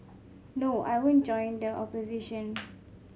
no I won't join the opposition